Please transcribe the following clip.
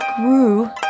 grew